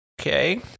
Okay